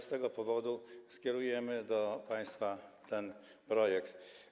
Z tego powodu kierujemy do państwa ten projekt.